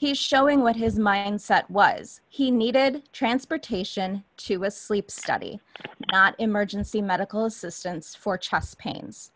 is showing what his my and set was he needed transportation to a sleep study not emergency medical assistance for chest pains